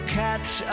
catch